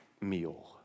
meal